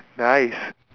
nice